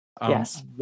Yes